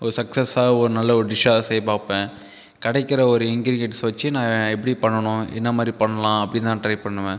ஒரு சக்சஸ்ஸாக ஒரு நல்ல ஒரு டிஷ்ஷாக செய்ய பார்ப்பேன் கிடைக்கிற ஒரு இன்க்ரேடியன்ஸை வச்சு நான் எப்படி பண்ணணும் என்ன மாதிரி பண்ணலாம் அப்படிதான் ட்ரை பண்ணுவேன்